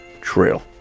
Trail